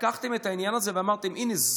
לקחתם את העניין הזה ואמרתם: הינה,